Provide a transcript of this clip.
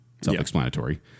self-explanatory